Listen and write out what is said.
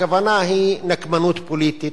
הכוונה היא נקמנות פוליטית.